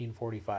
1945